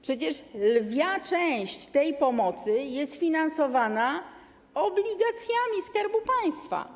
Przecież lwia część tej pomocy jest finansowana obligacjami Skarbu Państwa.